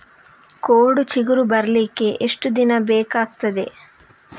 ಕೋಡು ಚಿಗುರು ಬರ್ಲಿಕ್ಕೆ ಎಷ್ಟು ದಿನ ಬೇಕಗ್ತಾದೆ?